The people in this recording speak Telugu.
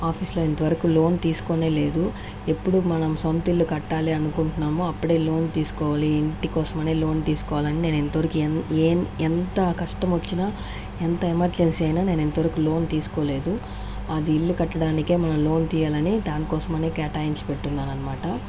ఆఫీసులో ఇంతవరకు లోన్ తీసుకొనే లేదు ఎప్పుడు మనం సొంత ఇల్లు కట్టాలి అనుకుంటున్నామో అప్పుడే లోన్ తీసుకోవాలి ఇంటికోసమని లోన్ తీసుకోవాలని నేను ఇంతవరకు ఏం ఎంత కష్టం వచ్చినా ఎంత ఎమర్జెన్సీ అయినా నేను ఇంత వరకు లోన్ తీసుకోలేదు అది ఇల్లు కట్టడానికే మనం లోన్ తీయాలని దానికోసం అని కేటాయించి పెట్టున్నాను అనమాట